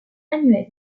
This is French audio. annuel